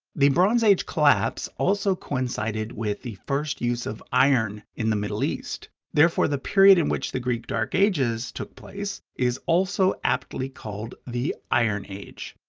the bronze age collapse also coincided with the first use of iron in the middle east. therefore, the period in which the greek dark ages took place is also aptly called the iron age.